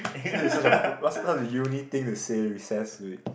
so it's such a book what a uni thing to say recess week